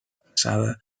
passada